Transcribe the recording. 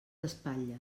espatlles